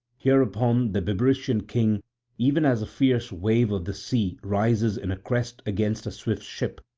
hereupon the bebrycian king even as a fierce wave of the sea rises in a crest against a swift ship,